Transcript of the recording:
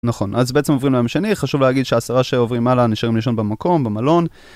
נכון, אז בעצם עוברים לימים שני, חשוב להגיד שהעשרה שעוברים הלאה נשארים לישון במקום, במלון.